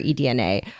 eDNA